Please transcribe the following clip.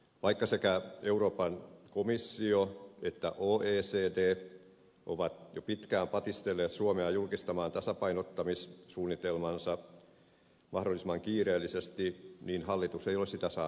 vaikka sekä euroopan komissio että oecd ovat jo pitkään patistelleet suomea julkistamaan tasapainottamissuunnitelmansa mahdollisimman kiireellisesti niin hallitus ei ole sitä saanut aikaan